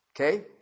Okay